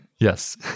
Yes